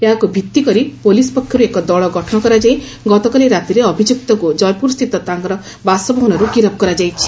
ଏହାକୁ ଭିତି କରି ପୋଲିସ ପକ୍ଷରୁ ଏକ ଦଳ ଗଠନ କରାଯାଇ ଗତକାଲି ରାତ୍ରିରେ ଅଭିଯୁକ୍ତକୁ ଜୟପୁରସ୍ଗିତ ତାର ବାସଭବନରୁ ଗିରଫ କରାଯାଇଛି